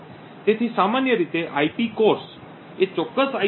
તેથી સામાન્ય રીતે આઈપી કોર એ ચોક્કસ આઈ